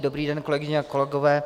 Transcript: Dobrý den, kolegyně a kolegové.